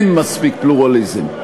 ואין מספיק פלורליזם.